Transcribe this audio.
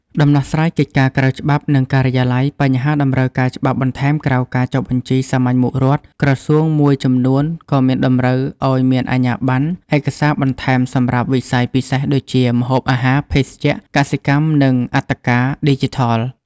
ដំណោះស្រាយកិច្ចការណ៍ក្រៅច្បាប់ និងការិយាល័យ បញ្ហាតម្រូវការច្បាប់បន្ថែមក្រៅការចុះបញ្ជីសាមញ្ញមុខរដ្ឋ ក្រសួងមួយចំនួនក៏មានតម្រូវឲ្យមានអាជ្ញាបណ្ណ ឯកសារបន្ថែមសម្រាប់វិស័យពិសេស ដូចជា ម្ហូបអាហារ ភេសជ្ជៈ កសិកម្ម និងអត្តការ ឌីជីថល។